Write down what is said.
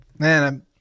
Man